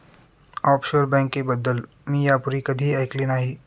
offshore बँकेबद्दल मी यापूर्वी कधीही ऐकले नाही